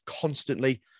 constantly